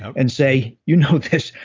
and say, you know this,